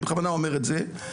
אני בכוונה אומר את זה,